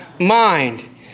mind